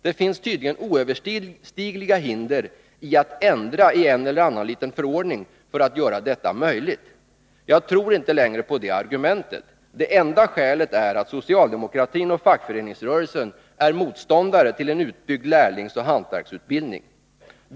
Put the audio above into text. Det finns tydligen oöverstigliga hinder i att ändra i en eller annan liten förordning för att göra detta möjligt. Jag tror inte längre på det argumentet. Det enda skälet är att socialdemokratin och fackföreningsrörelsen är motståndare till en utbyggd lärlingsoch hantverksutbildning.